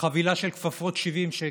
חבילה של כפפות, 70 שקל.